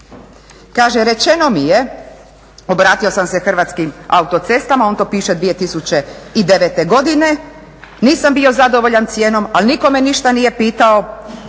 kaže: "Rečeno mi je, obratio sam se Hrvatskim autocestama, on to piše 2009. godine, nisam bio zadovoljan cijenom ali niko me ništa nije pitao,